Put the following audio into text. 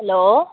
hello